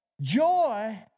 Joy